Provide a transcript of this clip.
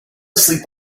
sleep